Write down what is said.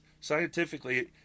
Scientifically